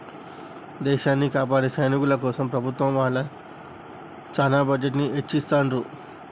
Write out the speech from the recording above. దేశాన్ని కాపాడే సైనికుల కోసం ప్రభుత్వం వాళ్ళు చానా బడ్జెట్ ని ఎచ్చిత్తండ్రు